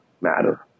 matter